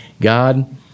God